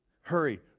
Hurry